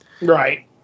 Right